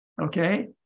okay